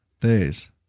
Days